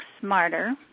smarter